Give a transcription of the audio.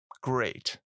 Great